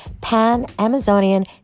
pan-Amazonian